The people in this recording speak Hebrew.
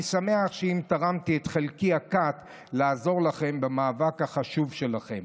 אני שמח אם תרמתי את חלקי הקט לעזור לכם במאבק החשוב שלכם.